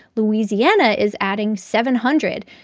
louisiana is adding seven hundred.